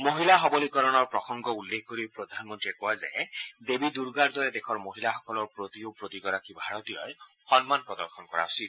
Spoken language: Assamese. মহিলা সবলীকৰণৰ প্ৰসংগ উল্লেখ কৰি প্ৰধানমন্ত্ৰীয়ে কয় যে দেৱী দুৰ্গাৰ দৰে দেশৰ মহিলাসকলৰ প্ৰতিও প্ৰতিগৰাকী ভাৰতীয়ই সন্মান প্ৰদৰ্শন কৰা উচিত